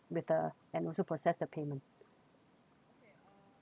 with the and also process the payment